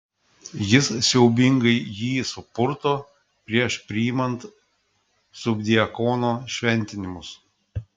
jis siaubingai jį supurto prieš priimant subdiakono šventimus